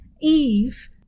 Eve